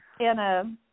Anna